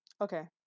Okay